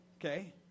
Okay